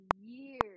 years